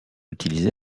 utilisé